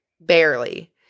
barely